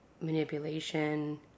manipulation